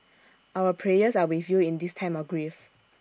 our prayers are with you in this time of grief